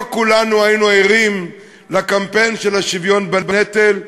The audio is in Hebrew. לא כולנו היינו ערים לקמפיין של השוויון בנטל,